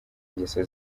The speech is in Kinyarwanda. ingeso